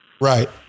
Right